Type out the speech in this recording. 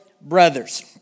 brothers